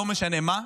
לא משנה מה,